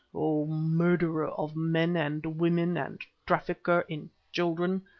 o murderer of men and woman and trafficker in children,